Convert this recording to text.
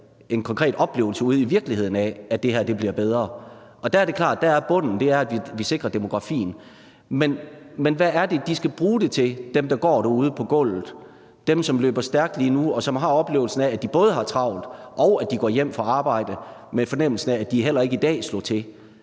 en konkret oplevelse ude i virkeligheden af, at det her bliver bedre, og der er det klart bunden, at vi sikrer demografien. Men hvad er det, de skal bruge det til – dem derude på gulvet, dem, som løber stærkt lige nu, og som har oplevelsen af, at de både har travlt, og at de går hjem fra arbejde med fornemmelsen af, at heller ikke i dag slår de til?